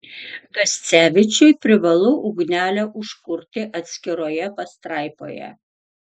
gascevičiui privalu ugnelę užkurti atskiroje pastraipoje